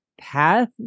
path